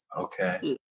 Okay